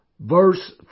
Verse